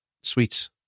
sweets